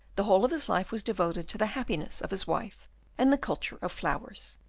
the whole of his life was devoted to the happiness of his wife and the culture of flowers,